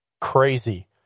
crazy